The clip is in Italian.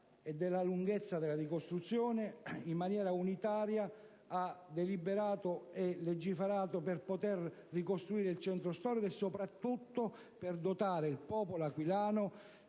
e della lunghezza della ricostruzione, in maniera unitaria ha deliberato e legiferato per poter ricostruire il centro storico, e soprattutto per dotare il popolo aquilano,